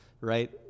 right